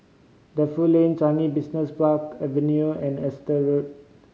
Defu Lane Changi Business Park Avenue and Exeter Road